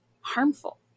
harmful